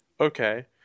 Okay